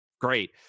Great